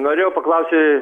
norėjau paklausti